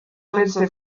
pense